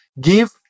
give